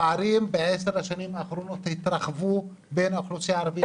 הפערים בעשר השנים האחרונות בין האוכלוסייה הערבית